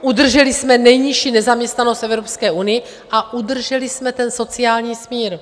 Udrželi jsme nejnižší nezaměstnanost v Evropské unii a udrželi jsme ten sociální smír.